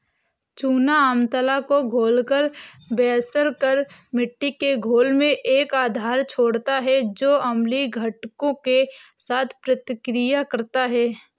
चूना अम्लता को घोलकर बेअसर कर मिट्टी के घोल में एक आधार छोड़ता है जो अम्लीय घटकों के साथ प्रतिक्रिया करता है